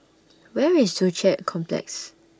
Where IS Joo Chiat Complex